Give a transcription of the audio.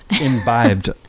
imbibed